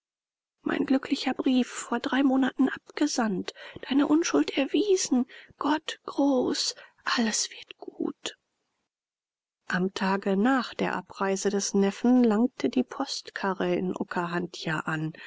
mein glücklicher brief vor drei monaten abgesandt deine unschuld erwiesen gott groß alles wird gut am tage nach der abreise des neffen langte die postkarre in okahandja an